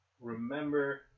remember